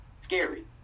scary